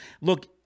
Look